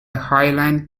highland